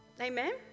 Amen